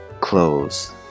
Clothes